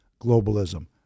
globalism